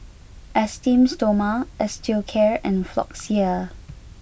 Esteem Stoma Osteocare and Floxia